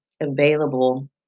available